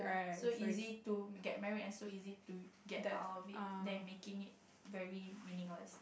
so easy to get married and so easy to get out of it then making it very meaningless